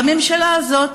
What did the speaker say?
בממשלה הזאת,